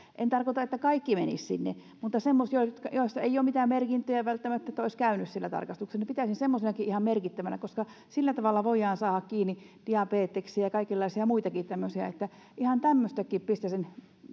en tarkoita että kaikki menisivät sinne mutta semmoiset josta ei ole mitään merkintöjä välttämättä että olisivat käynyt tarkastuksessa niin pitäisin semmoistakin ihan merkittävänä koska sillä tavalla voidaan saada kiinni diabeteksia ja kaikenlaisia muitakin tämmöisiä ihan tämmöistäkin pistäisin